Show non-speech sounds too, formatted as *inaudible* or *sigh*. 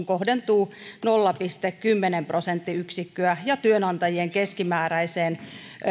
*unintelligible* kohdentuu nolla pilkku kymmenen prosenttiyksikköä ja työnantajien keskimääräiseen